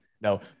no